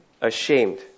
ashamed